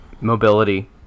mobility